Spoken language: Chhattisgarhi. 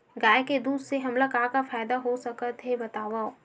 गाय के दूध से हमला का का फ़ायदा हो सकत हे बतावव?